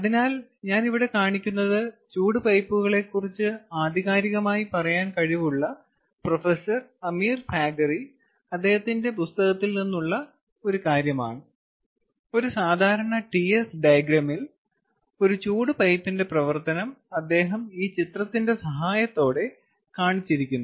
അതിനാൽ ഞാൻ ഇവിടെ കാണിക്കുന്നത് ചൂട് പൈപ്പുകളെ കുറിച്ച് ആധികാരികമായി പറയാൻ കഴിവുള്ള പ്രൊഫസർ അമീർ ഫാഗറി അദ്ദേഹത്തിന്റെ പുസ്തകത്തിൽ നിന്നുള്ള കാര്യമാണ് ഒരു സാധാരണ TS ഡയഗ്രാമിൽ ഒരു ചൂട് പൈപ്പിന്റെ പ്രവർത്തനം അദ്ദേഹം ഈ ചിത്രത്തിന്റെ സഹായത്തോടെ കാണിച്ചിരിക്കുന്നു